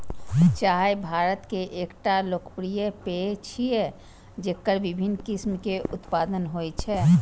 चाय भारत के एकटा लोकप्रिय पेय छियै, जेकर विभिन्न किस्म के उत्पादन होइ छै